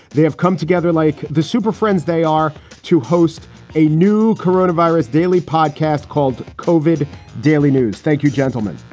they have come together like the superfriends. they are to host a new corona virus daily podcast called kovik daily news. thank you, gentlemen.